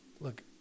Look